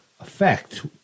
effect –